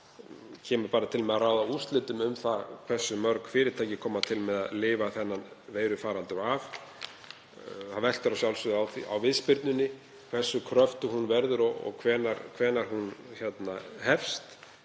ár kemur til með að ráða úrslitum um það hversu mörg fyrirtæki koma til með að lifa þennan veirufaraldur af. Það veltur að sjálfsögðu á viðspyrnunni, hversu kröftug hún verður og hvenær hún hefst.